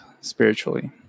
spiritually